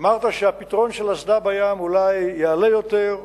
אמרת שהפתרון של אסדה בים אולי יעלה יותר,